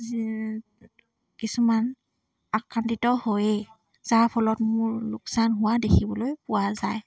কিছুমান আক্ৰান্তিত হয়েই যাৰ ফলত মোৰ লোকচান হোৱা দেখিবলৈ পোৱা যায়